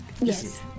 Yes